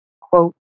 quote